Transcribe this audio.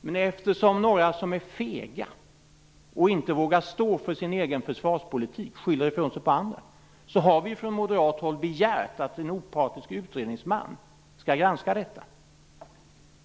Men eftersom några är fega, inte vågar stå för sin egen försvarspolitik och skyller ifrån sig på andra, har vi från moderat håll begärt att en opartisk utredningsman skall granska detta.